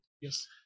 Yes